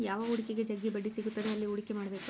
ಯಾವ ಹೂಡಿಕೆಗ ಜಗ್ಗಿ ಬಡ್ಡಿ ಸಿಗುತ್ತದೆ ಅಲ್ಲಿ ಹೂಡಿಕೆ ಮಾಡ್ಬೇಕು